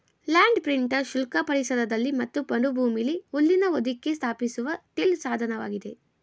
land printer ಶುಷ್ಕ ಪರಿಸರದಲ್ಲಿ ಮತ್ತು ಮರುಭೂಮಿಲಿ ಹುಲ್ಲಿನ ಹೊದಿಕೆ ಸ್ಥಾಪಿಸುವ ಟಿಲ್ ಸಾಧನವಾಗಿದೆ